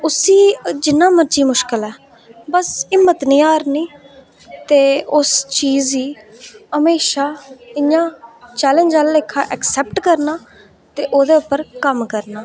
उसी जिन्ना मर्ज़ी मुश्कल ऐ बस हिम्मत निं हारनी ते उस चीज़ गी हमेशा इंया चैलेंज आह्ले लेखा असैप्ट करना ते ओह्दे पर कम्म करना